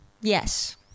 Yes